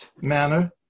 manner